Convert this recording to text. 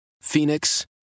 Phoenix